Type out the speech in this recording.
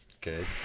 Good